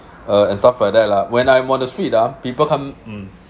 uh stuff like that lah when I'm on the street ah people come